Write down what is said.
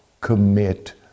commit